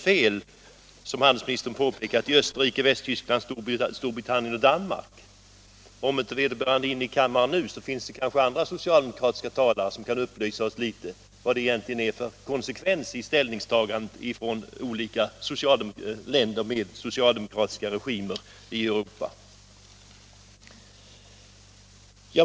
Har socialdemokraterna i Österrike, Västtyskland, Storbritannien och Danmark — som också handelsministern hänvisade till — fullkomligt fel? Även om inte herr Lidbom befinner sig i kammaren just nu, finns det kanske andra socialdemokratiska talare som kan upplysa oss om det finns någon konsekvens i de ställningstaganden som gjorts i olika länder i Europa med socialdemokratiska regimer.